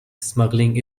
smuggling